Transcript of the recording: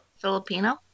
Filipino